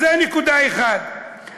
אז זו נקודה אחת.